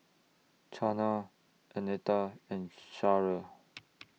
Chana Annetta and Sharyl